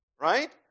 right